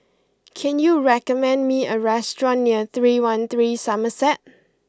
can you recommend me a restaurant near Three One Three Somerset